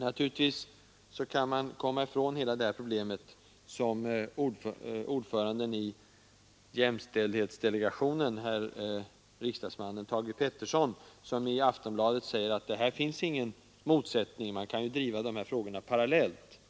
Naturligtvis kan man komma ifrån hela det här problemet som ordföranden i jämställdhetsdelegationen, riksdagsmannen Thage Peterson gör, när han i Aftonbladet säger att här finns ingen motsättning, man kan driva frågorna parallellt.